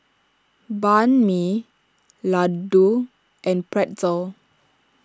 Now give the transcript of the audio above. Banh Mi Ladoo and Pretzel